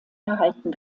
erhalten